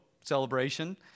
celebration